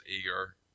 eager